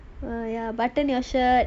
err ya button your shirt